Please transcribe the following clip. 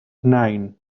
nine